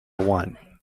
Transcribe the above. one